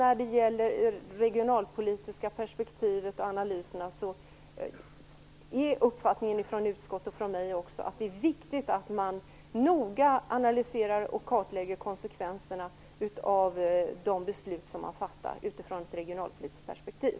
När det gäller det regionalpolitiska perspektivet och analyserna är det utskottets och min uppfattning att det är viktigt att man noga analyserar och kartlägger konsekvenserna av de beslut som man fattar utifrån ett regionalpolitiskt perspektiv.